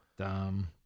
Dumb